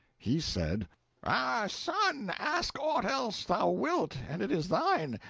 he said ah, son, ask aught else thou wilt, and it is thine,